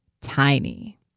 tiny